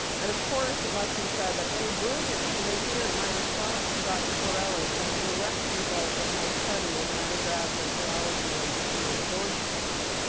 and of course, it must be said that any brilliance you may hear in my response to dr. borelli is a direct result of my study as an undergraduate theology major here at georgetown.